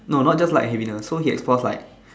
no not just light heaviness so he explores like